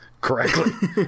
correctly